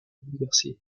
bouleverser